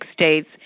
states